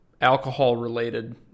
alcohol-related